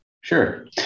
Sure